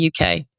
UK